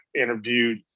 interviewed